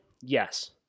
Yes